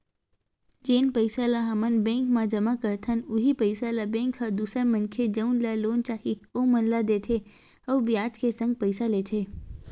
जेन पइसा ल हमन बेंक म जमा करथन उहीं पइसा ल बेंक ह दूसर मनखे जउन ल लोन चाही ओमन ला देथे अउ बियाज के संग पइसा लेथे